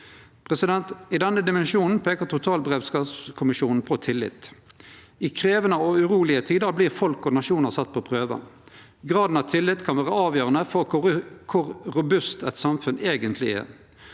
sitt. I denne dimensjonen peikar totalberedskapskommisjonen på tillit. I krevjande og urolege tider vert folk og nasjonar sette på prøve. Graden av tillit kan vere avgjerande for kor robust eit samfunn eigentleg er.